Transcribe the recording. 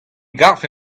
garfe